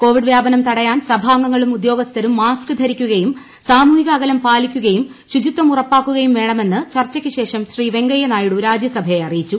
Covid വ്യാപനം തടയാൻ സഭാംഗങ്ങളും ഉദ്യോഗസ്ഥരും മാസ്ക് ധരിക്കുകയും സാമൂഹിക അകലം പാലിക്കുകയും ശുചിത്വം ഉറപ്പാക്കുകയും വേണമെന്ന് ചർച്ചയ്ക്കുശേഷം ശ്രീ വെങ്കയ്യ നായിഡു രാജ്യസഭയെ അറിയിച്ചു